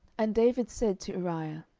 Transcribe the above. and david said to uriah,